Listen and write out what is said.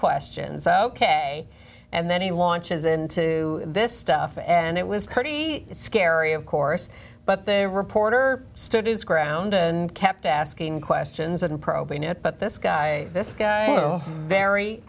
questions out k and then he launches into this stuff and it was pretty scary of course but the reporter stood his ground and kept asking questions and probing it but this guy this guy very